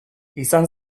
izan